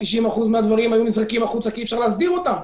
90 אחוזים מהדברים היו נזרקים החוצה כי אי אפשר להסדיר אותם,